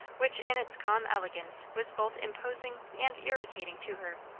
which in its calm elegance was both imposing and irritating to her.